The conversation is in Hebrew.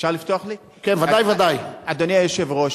אדוני היושב-ראש,